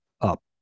up